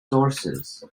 sources